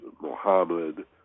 Muhammad